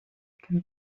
can